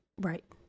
Right